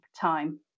time